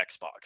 xbox